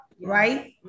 Right